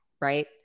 right